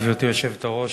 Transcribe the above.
גברתי היושבת-ראש.